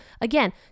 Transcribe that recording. again